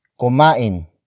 Kumain